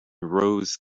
rows